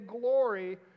glory